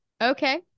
okay